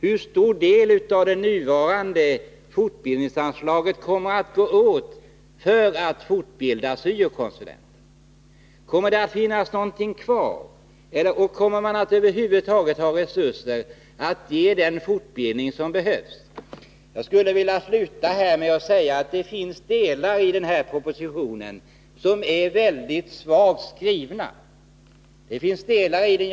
Hur stor del av det nuvarande fortbildningsanslaget kommer att gå åt för att fortbilda syo-konsulenter? Kommer det att bli någonting kvar? Och kommer man över huvud taget att ha resurser för att ge den fortbildning som Nr 53 behövs? Onsdagen den Jag vill avsluta med att säga att det finns delar i denna proposition som är 16 december 1981 mycket svagt skrivna.